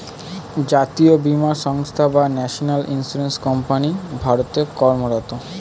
জাতীয় বীমা সংস্থা বা ন্যাশনাল ইন্স্যুরেন্স কোম্পানি ভারতে কর্মরত